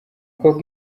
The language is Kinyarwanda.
koko